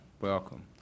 Welcome